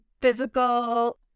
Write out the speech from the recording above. physical